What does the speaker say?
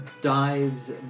dives